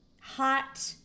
Hot